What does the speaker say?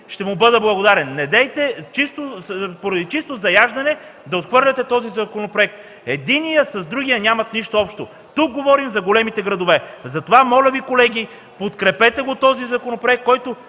ще му бъда благодарен. Недейте поради чисто заяждане да отхвърляте този законопроект. Единият с другия нямат нищо общо! Тук говорим за големите градове. Затова, моля Ви, колеги, подкрепете този законопроект, който